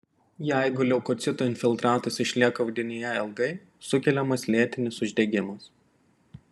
jeigu leukocitų infiltratas išlieka audinyje ilgai sukeliamas lėtinis uždegimas